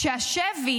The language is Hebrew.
והשבי